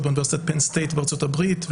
באוניברסיטת Penn state בארצות-הברית,